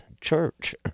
church